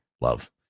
love